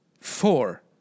four